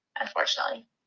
unfortunately